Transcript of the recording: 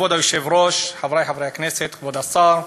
כבוד היושב-ראש, חברי חברי הכנסת, כבוד השר,